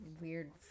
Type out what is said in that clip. weird